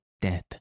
death